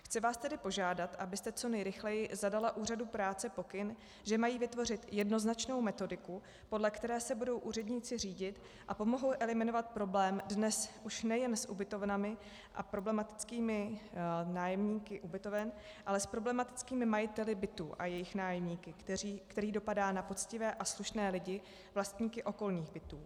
Chci vás tedy požádat, abyste co nejrychleji zadala úřadům práce pokyn, že mají vytvořit jednoznačnou metodiku, podle které se budou úředníci řídit, a pomohou eliminovat problém dnes už nejen s ubytovnami a problematickými nájemníky ubytoven, ale s problematickými majiteli bytů a jejich nájemníky, který dopadá na poctivé a slušné lidi, vlastníky okolních bytů.